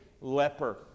leper